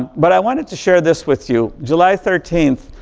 but i wanted to share this with you. july thirteenth,